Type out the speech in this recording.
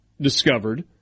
discovered